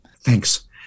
Thanks